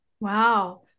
Wow